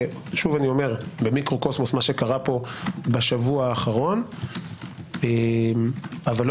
וכאמור במיקרו קוסמוס זה מה שקרה פה בשבוע האחרון אבל לא